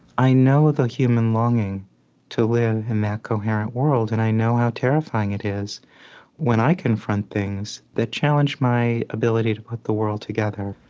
i know the human longing to live in that coherent world, and i know how terrifying it is when i confront things that challenge my ability to put the world together